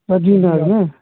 ژَتجی نگ نا